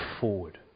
forward